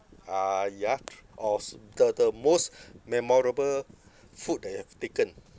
ah ya or s~ the the most memorable food that you have taken